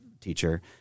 teacher –